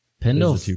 Pendle